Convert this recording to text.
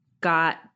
got